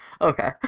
Okay